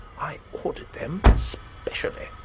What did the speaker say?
i ordered them specially.